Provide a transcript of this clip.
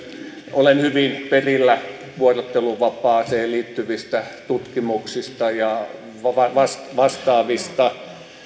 olen hyvin perillä vuorotteluvapaaseen liittyvistä tutkimuksista ja vastaavista